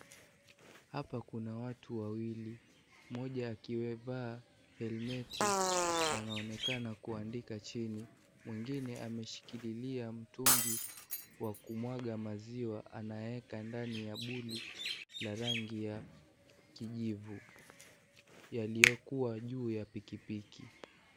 Hapa kuna watu wawili moja akiwa amevaa helmet anaonekana kuandika chini mwingine ameshikililia mtungi wa kumwaga maziwa anaeka ndani ya vuli la rangi ya kijivu yaliyokuwa juu ya piki piki.